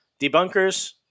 Debunkers